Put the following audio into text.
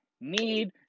need